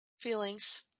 feelings